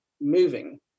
moving